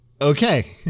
okay